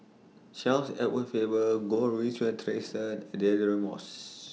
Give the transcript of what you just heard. Charles Edward Faber Goh Rui Si Theresa Deirdre Moss